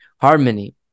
Harmony